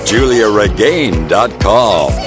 JuliaRegain.com